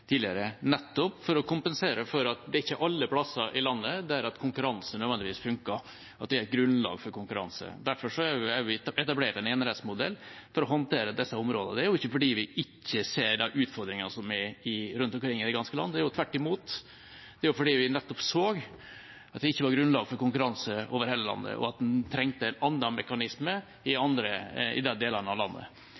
tidligere, nettopp for å kompensere for at det ikke er alle steder i landet der konkurranse nødvendigvis fungerer og det er et grunnlag for konkurranse. Derfor har vi etablert vi en enerettsmodell, for å håndtere dette området. Det er ikke fordi vi ikke ser de utfordringene som er rundt omkring i det ganske land. Det er tvert imot: Det er fordi vi nettopp så at det ikke var grunnlag for konkurranse over hele landet, og at en trengte andre mekanismer i